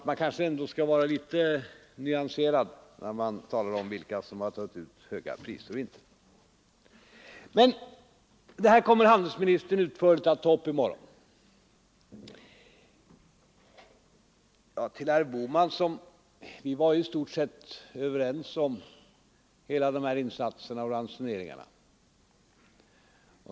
Man kanske därför bör vara litet mer nyanserad när man talar om vilka som har tagit ut höga priser. Men det här kommer handelsministern att utförligt teckna i morgon. Vi var ju, herr Bohman, i stort sett överens om insatserna och ransoneringarna.